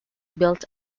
built